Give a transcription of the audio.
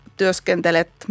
työskentelet